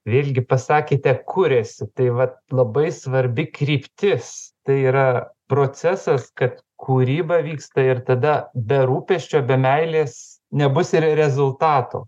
vėlgi pasakėte kuriasi tai vat labai svarbi kryptis tai yra procesas kad kūryba vyksta ir tada be rūpesčio be meilės nebus ir rezultato